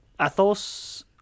Athos